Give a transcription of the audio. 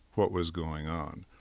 what was going on.